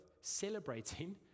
celebrating